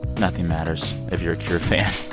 nothing matters if you're a cure fan